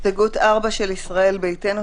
הסתייגות 4 של ישראל ביתנו,